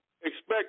Expect